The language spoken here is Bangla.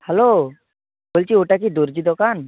হ্যালো বলছি ওটা কি দর্জি দোকান